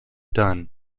done